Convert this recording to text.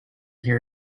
hear